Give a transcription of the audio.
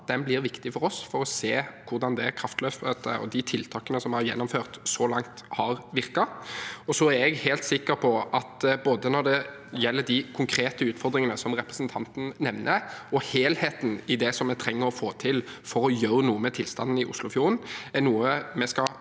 blir viktig for oss for å se hvordan det kraftløftet og de tiltakene vi har gjennomført så langt, har virket. Så er jeg helt sikker på at både de konkrete utfordringene som representanten nevner, og helheten i det som vi trenger å få til for å gjøre noe med tilstanden i Oslofjorden, er noe vi skal